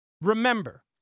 Remember